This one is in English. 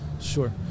Sure